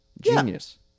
Genius